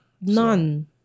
None